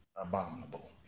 abominable